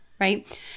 right